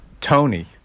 Tony